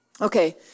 Okay